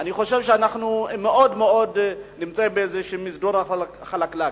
אני חושב שאנחנו נמצאים באיזה מדרון חלקלק.